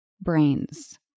brains